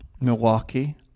Milwaukee